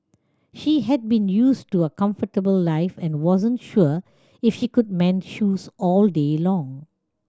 she had been used to a comfortable life and wasn't sure if she could mend shoes all day long